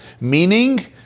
Meaning